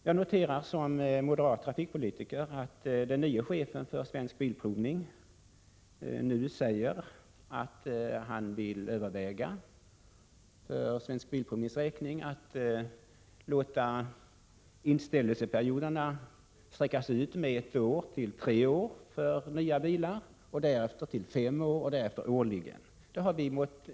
Jag noterar som moderat trafikpolitiker att den nye chefen för Svensk Bilprovning nu säger att han för Svensk Bilprovnings räkning vill överväga att låta inställelseperioderna sträckas ut med ett år — att nya bilar skall besiktigas inom tre år, nästa gång inom fem år efter det att bilen tagits i bruk och därefter årligen.